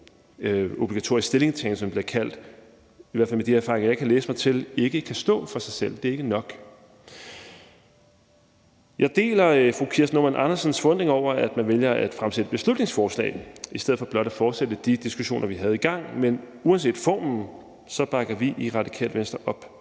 obligatorisk stillingtagen, som den bliver kaldt, i hvert fald med de erfaringer, jeg kan læse mig til, ikke kan stå for sig selv, og at det ikke er nok. Jeg deler fru Kirsten Normann Andersens forundring over, at man vælger at fremsætte et beslutningsforslag i stedet for blot at fortsætte de diskussioner, vi havde i gang, men uanset formen bakker vi i Radikale Venstre op